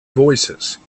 voicesand